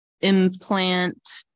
implant